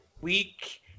Week